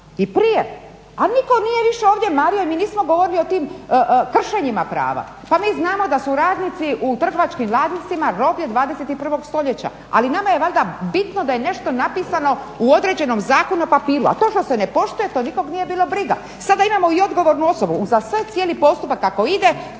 i prije a nitko nije više ovdje mario, mi nismo govorili o tim kršenjima prava. Pa mi znamo da su radnici u trgovačkim lancima roblje 21 stoljeća ali nama je valjda bitno da je nešto napisano u određenom zakonu na papiru a to što se ne poštuje to nikog nije bilo briga. Sada imamo i odgovornu osobu, za sad cijeli postupak kako ide